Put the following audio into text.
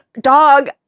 Dog